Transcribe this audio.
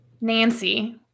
Nancy